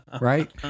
Right